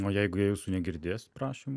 o jeigu jie jūsų negirdės prašymų